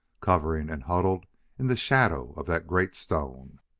cowering and huddled in the shadow of that great stone.